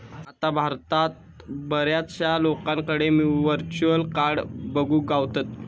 आता भारतात बऱ्याचशा लोकांकडे व्हर्चुअल कार्ड बघुक गावतत